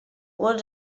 wurde